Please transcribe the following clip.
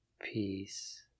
Peace